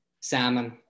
salmon